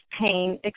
pain